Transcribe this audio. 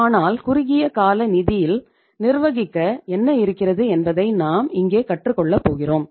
ஆனால்குறுகிய கால நிதியில் நிர்வகிக்க என்ன இருக்கிறது என்பதை நாம் இங்கே கற்றுக்கொள்ளப் போகிறோம்